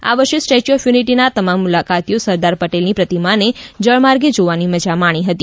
આ વર્ષે statue of યુનિટીના મુલાકાતીઓએ સરદાર પટેલની પ્રતિમાને જળમાર્ગે જોવાની મજા માણી હતી